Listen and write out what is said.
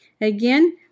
Again